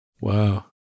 Wow